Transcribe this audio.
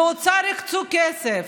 באוצר הקצו כסף.